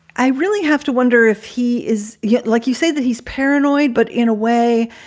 i really have to wonder if he is yet. like you say that he's paranoid, but in a way,